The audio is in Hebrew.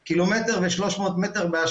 ל-1.3 קילומטר באשקלון,